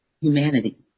humanity